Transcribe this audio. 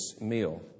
meal